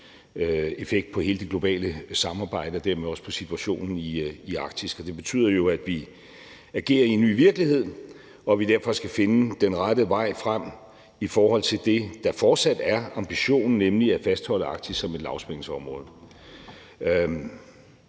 effekt på hele det globale samarbejde og dermed også på situationen i Arktis, og det betyder jo, at vi agerer i en ny virkelighed, og at vi derfor skal finde den rette vej frem i forhold til det, der fortsat er ambitionen, nemlig at fastholde Arktis som et lavspændingsområde.